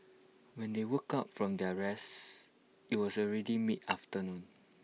when they woke up from their rest IT was already mid afternoon